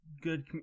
good